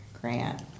Grant